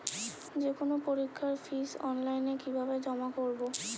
যে কোনো পরীক্ষার ফিস অনলাইনে কিভাবে জমা করব?